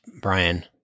Brian